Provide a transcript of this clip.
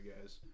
guys